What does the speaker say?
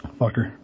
Fucker